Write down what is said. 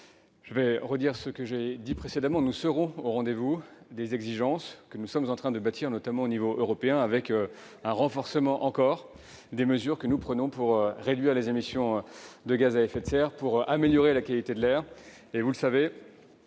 je vais redire ce que j'ai dit précédemment : nous serons au rendez-vous des exigences que nous sommes en train de bâtir, notamment au niveau européen, avec un renforcement des mesures que nous prenons pour réduire les émissions de gaz à effet de serre et améliorer la qualité de l'air. Vous le savez,